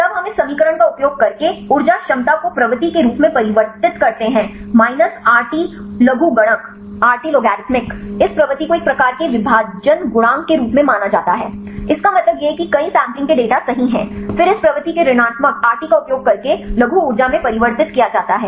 तब हम इस समीकरण का उपयोग करके ऊर्जा क्षमता को प्रवृत्ति के रूप में परिवर्तित करते हैं माइनस आरटी लघुगणक इस प्रवृत्ति को एक प्रकार के विभाजन गुणांक के रूप में माना जाता है इसका मतलब यह है कि कई सैंपलिंग के डेटा सही हैं फिर इस प्रवृत्ति को ऋणात्मक आरटी का उपयोग करके लघु ऊर्जा में परिवर्तित किया जाता है